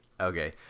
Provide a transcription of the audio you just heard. okay